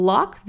Lock